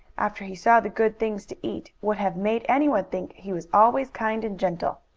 after he saw the good things to eat, would have made anyone think he was always kind and gentle.